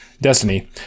destiny